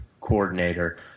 coordinator